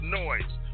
noise